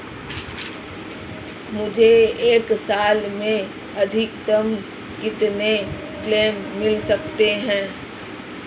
मुझे एक साल में अधिकतम कितने क्लेम मिल सकते हैं?